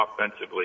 offensively